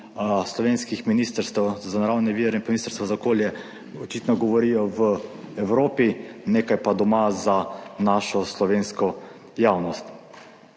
slovenskih Ministrstva za naravne vire in Ministrstva za okolje očitno govorijo v Evropi, nekaj pa doma za našo slovensko javnost.